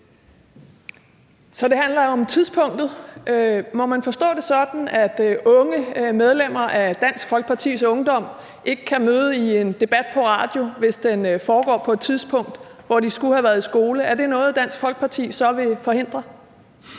Så det handler om tidspunktet? Skal man forstå det sådan, at unge medlemmer af Dansk Folkepartis Ungdom ikke kan møde op til en debat i radioen, hvis den foregår på et tidspunkt, hvor de skulle have været i skole? Er det noget, Dansk Folkeparti så vil forhindre,